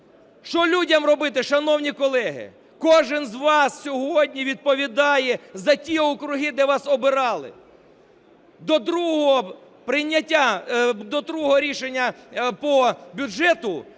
Що людям робити, шановні колеги? Кожен з вас сьогодні відповідає за ті округи, де вас обирали. До другого рішення по бюджету